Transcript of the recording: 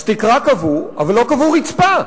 אז תקרה קבעו, אבל לא קבעו רצפה.